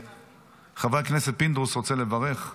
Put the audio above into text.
חבר הכנסת פינדרוס רוצה לברך.